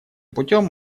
путем